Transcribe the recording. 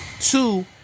Two